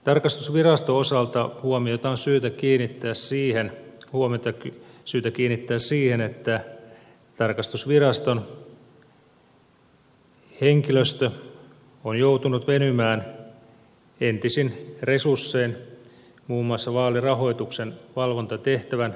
tarkastusviraston osalta huomiota on syytä kiinnittää siihen että tarkastusviraston henkilöstö on joutunut venymään entisin resurssein muun muassa vaalirahoituksen valvontatehtävän organisoinnissa